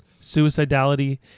Suicidality